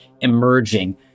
emerging